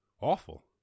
awful